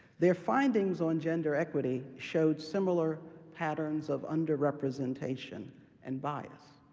their findings on gender equity showed similar patterns of under-representation and bias.